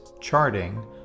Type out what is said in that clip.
charting